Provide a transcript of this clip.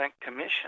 commission